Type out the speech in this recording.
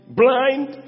blind